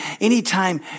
Anytime